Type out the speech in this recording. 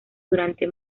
durante